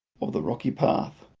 of the rocky path